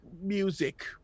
music